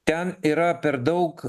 ten yra per daug